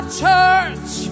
church